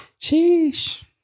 Sheesh